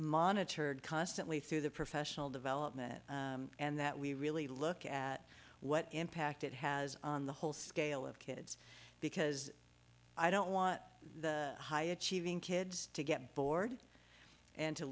monitored constantly through the professional development and that we really look at what impact it has on the whole scale of kids because i don't want the high achieving kids to get bored and to